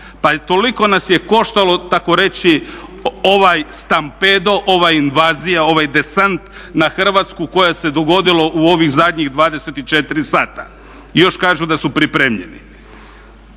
toliko nas je koštalo tako reći ovaj stampedo, ova invazija, ovaj desant na Hrvatsku koji se dogodio u ovih zadnjih 24 sata i još kažu da su pripremljeni.